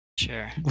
Sure